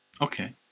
Okay